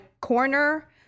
corner